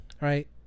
right